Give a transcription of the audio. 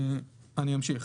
אמשיך.